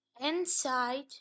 Inside